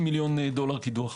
50 מיליון דולר קידוח.